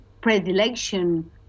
predilection